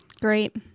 great